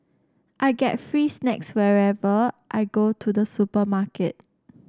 I get free snacks whenever I go to the supermarket